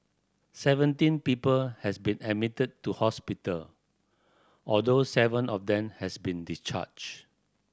seventeen people has been admitted to hospital although seven of them has been discharged